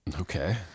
Okay